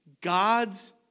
God's